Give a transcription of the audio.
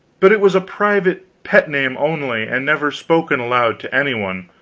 but it was a private pet name only, and never spoken aloud to any one,